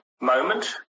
moment